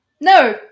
no